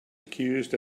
accused